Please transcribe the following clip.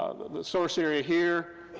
the source area here,